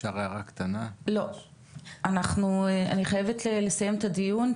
אני חייבת לסיים את הדיון,